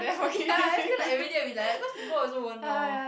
ya I feel like everyday will be like that cause people also won't know